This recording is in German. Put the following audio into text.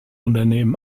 unternehmen